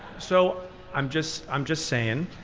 so i'm just i'm just saying